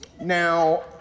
Now